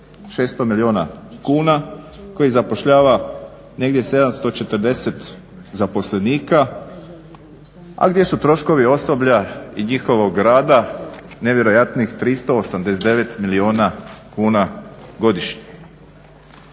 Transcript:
600 milijuna kuna, koji zapošljava negdje 740 zaposlenika a gdje su troškovi osoblja i njihovog rada nevjerojatnih 389 milijuna kuna godišnje.